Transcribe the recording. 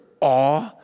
awe